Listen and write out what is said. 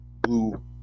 blue